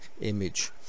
image